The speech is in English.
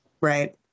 right